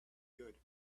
good